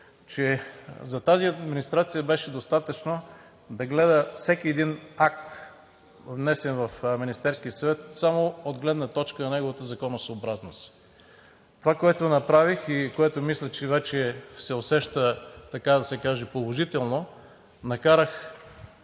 че за тази администрация беше достатъчно да гледа всеки един акт, внесен в Министерския съвет, само от гледна точка на неговата законосъобразност. Това, което направих и което мисля, че вече се усеща, така да се каже, положително – накарах